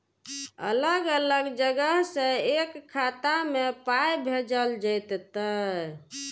अलग अलग जगह से एक खाता मे पाय भैजल जेततै?